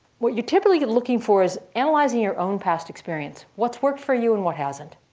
what you're typically looking for is analyzing your own past experience, what's worked for you and what hasn't.